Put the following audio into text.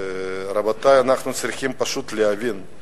רבותי, אנחנו צריכים פשוט להבין.